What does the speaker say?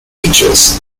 beaches